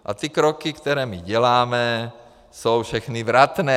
A ty kroky, které my děláme, jsou všechny vratné.